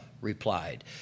replied